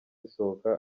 zisohoka